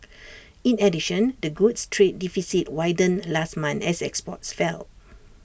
in addition the goods trade deficit widened last month as exports fell